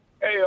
Hey